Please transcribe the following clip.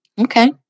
Okay